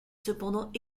cependant